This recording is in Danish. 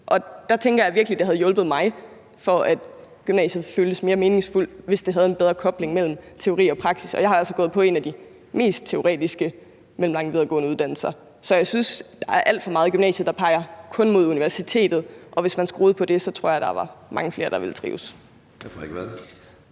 Der tænker jeg, at det virkelig havde hjulpet mig til at få gymnasiet til at føles mere meningsfuldt, hvis der havde været en bedre kobling mellem teori og praksis. Og jeg har altså gået på en af de mest teoretiske mellemlange videregående uddannelser. Så jeg synes, der er alt for meget i gymnasiet, der kun peger mod universitetet, og hvis man skruede på det, tror jeg der var mange flere, der ville trives.